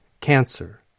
cancer